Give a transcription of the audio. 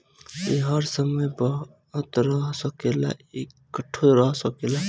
ई हर समय बहत रह सकेला, इकट्ठो रह सकेला